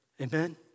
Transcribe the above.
Amen